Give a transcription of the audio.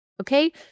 Okay